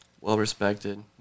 Well-respected